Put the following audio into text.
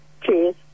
Cheers